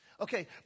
Okay